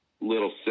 little